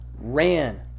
ran